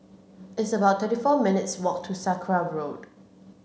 it's about twenty four minutes' walk to Sakra Road